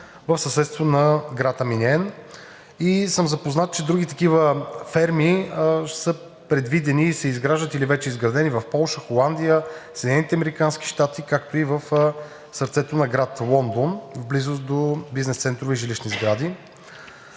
в съседство на град Амиен и съм запознат, че други такива ферми са предвидени и се изграждат или вече изградени в Полша, Холандия, Съединените американски щати, както и в сърцето на град Лондон в близост до бизнес центрове и жилищни сгради.